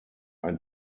ein